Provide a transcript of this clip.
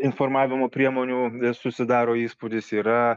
informavimo priemonių susidaro įspūdis yra